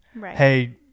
Hey